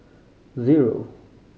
zero